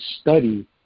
study